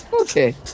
Okay